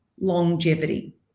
longevity